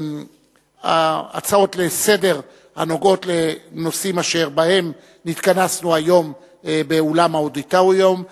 הצעות לסדר הנוגעות לנושאים אשר בהם נתכנסנו היום באולם האודיטוריום,